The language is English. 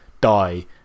die